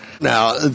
Now